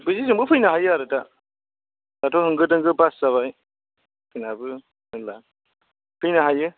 जेजोंबो फैनो हायो आरो दा दाथ' होंगो दोंगो बास जाबाय ट्रेनाबो मेरला फैनो हायो